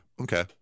Okay